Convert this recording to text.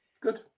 Good